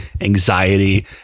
anxiety